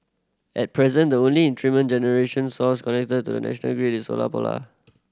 at present the only generation source connected to the national grid is solar power